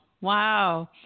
wow